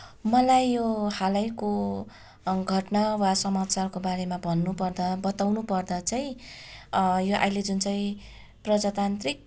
मलाई यो हालैको घटना वा समाचारको बारेमा भन्नु पर्दा बताउनु पर्दा चाहिँ यो अहिले जुन चाहिँ प्रजातान्त्रिक